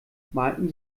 malten